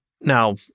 Now